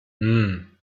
hmm